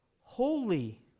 holy